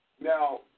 Now